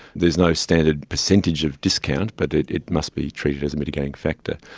there is no standard percentage of discount but it it must be treated as a mitigating factor.